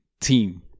team